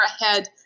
ahead